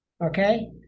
Okay